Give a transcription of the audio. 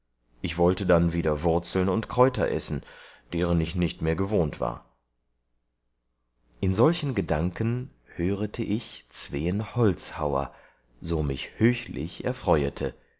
ich wollte dann wieder wurzeln und kräuter essen deren ich nicht mehr gewohnt war in solchen gedanken hörete ich zween holzhauer so mich höchlich erfreuete